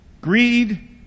Greed